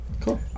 Cool